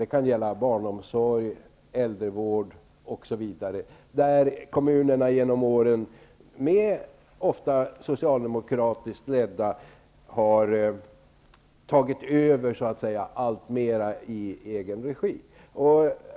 Det kan gälla barnomsorg, äldrevård osv. där kommunerna, ofta socialdemokratiskt ledda, har tagit över alltmer i egen regi.